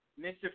Mr